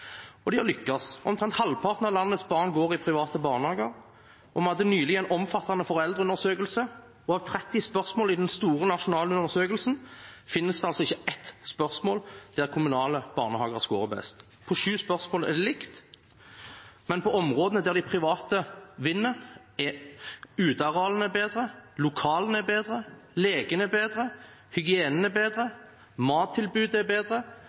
Og de har lyktes. Omtrent halvparten av landets barn går i private barnehager. Vi hadde nylig en omfattende foreldreundersøkelse, og av 30 spørsmål i den store nasjonale undersøkelsen finnes det altså ikke ett spørsmål der kommunale barnehager skårer best. På sju spørsmål er det likt, og på områdene der de private vinner, er utearealene bedre, lokalene er bedre, lekene er bedre, hygienen er bedre, mattilbudet er bedre,